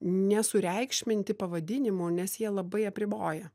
nesureikšminti pavadinimų nes jie labai apriboja